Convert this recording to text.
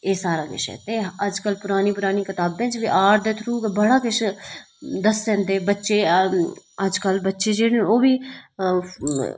ते एह् ऐ अज्ज कल परानी परानी कताबें बिच्च गै आर्ट दे थ्रू दस्सन ते बच्चे अज्ज कल न ओह्